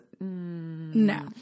no